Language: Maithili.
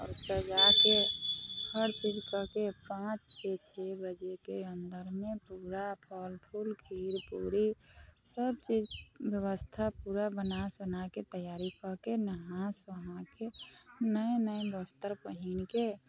आओर सजाके हर चीज कऽके पाँच बजे छओ बजेके अन्दरमे पूरा फल फूल खीर पूरी सब चीज व्यवस्था पूरा बना सुनाके तैयारी कऽके नहा सुनाके नये नये वस्त्र पहिनके